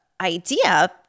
idea